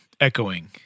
echoing